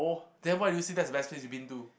then why do you say that's the best place you've been to